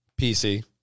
PC